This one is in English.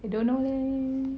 I don't know leh